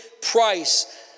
price